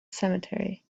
cemetery